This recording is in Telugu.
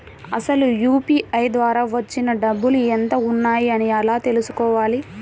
అసలు యూ.పీ.ఐ ద్వార వచ్చిన డబ్బులు ఎంత వున్నాయి అని ఎలా తెలుసుకోవాలి?